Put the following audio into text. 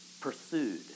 pursued